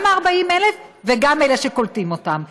גם ה-40,000 וגם אלה שקולטים אותם.